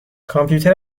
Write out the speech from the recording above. کامپیوتر